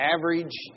Average